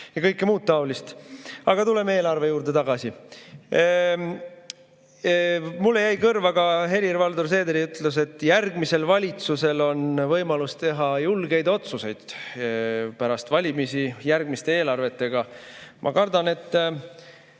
ja kõike muud taolist. Aga tuleme eelarve juurde tagasi. Mulle jäi kõrva ka Helir-Valdor Seederi ütlus, et järgmisel valitsusel on võimalus teha pärast valimisi järgmiste eelarvetega julgeid